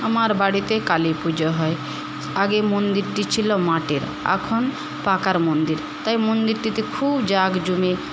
আমার বাড়িতে কালীপুজো হয় আগে মন্দিরটি ছিল মাটির এখন পাকার মন্দির তাই মন্দিরটিতে খুব জাঁকজমিয়ে